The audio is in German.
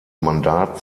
mandat